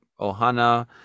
Ohana